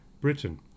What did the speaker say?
britain